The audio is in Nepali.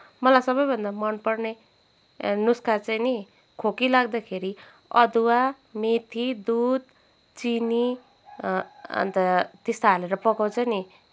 मलाई सबैभन्दा मनपर्ने नुस्खा चाहिँ नि खोकी लाग्दाखेरि अदुवा मेथी दुध चिनी अन्त त्यस्तो हालेर पकाउँछ नि